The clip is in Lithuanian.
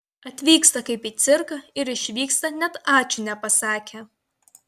atvyksta kaip į cirką ir išvyksta net ačiū nepasakę